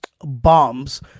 bombs